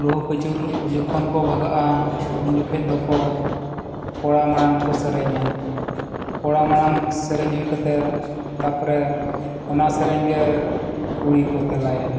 ᱞᱩᱦᱩᱠ ᱟᱹᱪᱩᱨ ᱡᱚᱠᱷᱚᱱ ᱠᱚ ᱵᱷᱟᱜᱟᱜᱼᱟ ᱩᱱ ᱡᱚᱠᱷᱮᱡ ᱫᱚᱠᱚ ᱠᱚᱲᱟ ᱢᱟᱲᱟᱝ ᱠᱚ ᱥᱮᱨᱮᱧᱟ ᱠᱚᱲᱟ ᱢᱟᱲᱟᱝ ᱥᱮᱨᱮᱧ ᱦᱩᱭ ᱠᱟᱛᱮ ᱛᱟᱯᱚᱨᱮ ᱚᱱᱟ ᱥᱮᱨᱮᱧ ᱜᱮ ᱠᱩᱲᱤ ᱠᱚ ᱛᱮᱞᱟᱭᱟ